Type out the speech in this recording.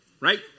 right